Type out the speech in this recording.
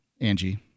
Angie